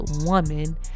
woman